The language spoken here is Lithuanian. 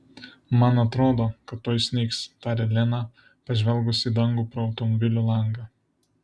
man atrodo kad tuoj snigs tarė lena pažvelgus į dangų pro automobilio langą